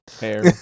hair